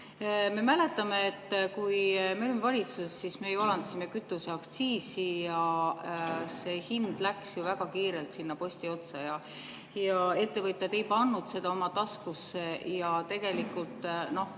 Me mäletame, et kui meie olime valitsuses, siis me alandasime kütuseaktsiisi ja see hind läks ju väga kiirelt sinna posti otsa ja ettevõtjad ei pannud seda [vahet] oma taskusse. Tegelikult ongi